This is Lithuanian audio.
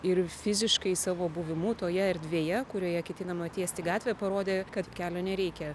ir fiziškai savo buvimu toje erdvėje kurioje ketinama tiesti gatvę parodė kad kelio nereikia